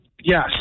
Yes